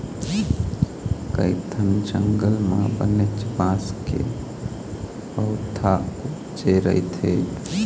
कइठन जंगल म बनेच बांस के पउथा उपजे रहिथे